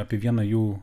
apie vieną jų